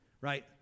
right